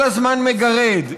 כל הזמן מגרד.